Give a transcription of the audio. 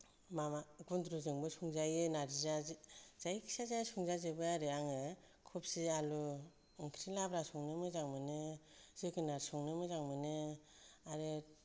माबा गुनद्रुजोंबो संजायो नारजिया जायखि जाया संजाजोबो आरो आङो खफि आलु ओंख्रि लाब्रा संनो मोजां मोनो जोगोनार संनो मोजां मोनो आरो